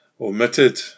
omitted